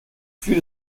fühle